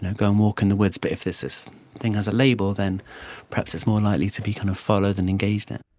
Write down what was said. go and walk in the woods, but if this this thing has a label then perhaps it's more likely to be kind of followed and engaged in.